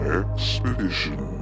expedition